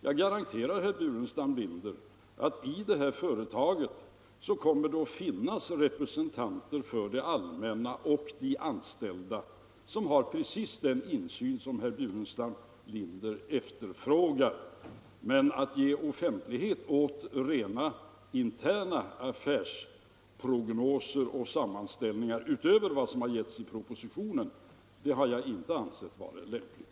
Jag garanterar herr Burenstam Linder att i detta företag kommer det att finnas representanter för det allmänna och för de anställda, som har precis den insyn som herr Burenstam Linder efterfrågar. Men att ge offentlighet åt rent interna affärsprognoser och sammanställningar utöver vad som har getts i propositionen har jag inte ansett vara lämpligt.